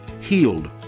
healed